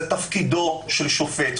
זה תפקידו של שופט.